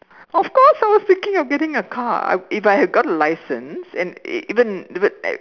of course I was thinking of getting a car I if I have got a license and even even I